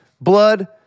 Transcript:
blood